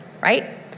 Right